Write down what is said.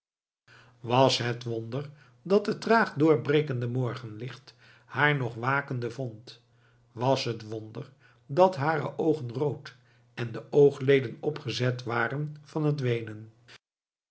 was het wonder dat het traag doorbrekende morgenlicht haar nog wakende vond was het wonder dat hare oogen rood en de oogleden opgezet waren van het weenen